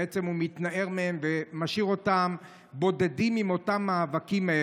בעצם הוא מתנער מהם ומשאיר אותם בודדים עם אותם מאבקים,